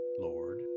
Lord